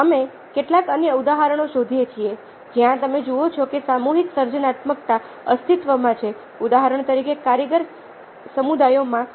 અમે કેટલાક અન્ય ઉદાહરણો શોધીએ છીએ જ્યાં તમે જુઓ છો કે સામૂહિક સર્જનાત્મકતા અસ્તિત્વમાં છે ઉદાહરણ તરીકે કારીગર સમુદાયોમાં